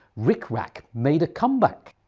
rickrack made a comeback.